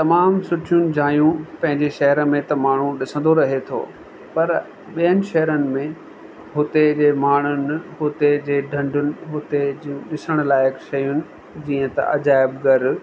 तमाम सुठियूं जायूं पंहिंजे शहर में त माण्हू ॾिसंदो रहे थो पर ॿियनि शहरनि में हुते जे माण्हुनि हुते जे धंधुन हुते जियूं ॾिसण लाइक़ु शयूं जीअं त अजायबघर